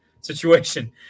situation